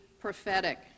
prophetic